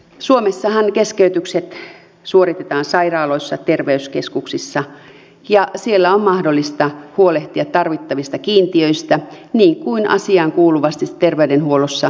suomessahan keskeytykset suoritetaan sairaaloissa terveyskeskuksissa ja siellä on mahdollista huolehtia tarvittavista kiintiöistä niin kuin asiankuuluvasti terveydenhuollossa kuuluukin tehdä